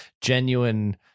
genuine